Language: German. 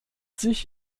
sich